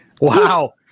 Wow